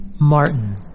Martin